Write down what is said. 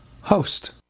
host